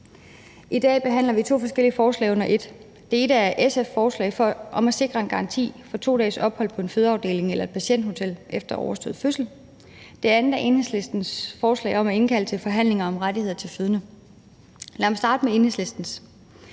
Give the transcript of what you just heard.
I dag behandler vi to forskellige forslag under et. Det ene er et forslag fra SF om at sikre en garanti for 2 dages ophold på en fødeafdeling eller et patienthotel efter overstået fødsel. Det andet er Enhedslistens forslag om at indkalde til forhandlinger om rettigheder til fødende. Jeg vil starte med Enhedslistens